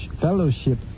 Fellowship